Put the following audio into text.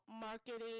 marketing